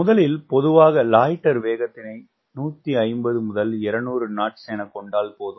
முதலில் பொதுவாக லாயிட்டர் வேகத்தினை 150 200 knots எனக்கொண்டால் போதும்